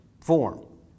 form